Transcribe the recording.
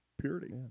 purity